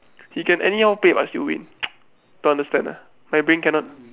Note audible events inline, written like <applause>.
he can anyhow play but still will <noise> don't understand ah my brain cannot